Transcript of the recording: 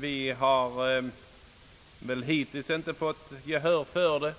Vi har väl hittills inte vunnit gehör.